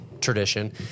tradition